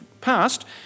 passed